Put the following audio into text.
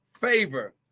favor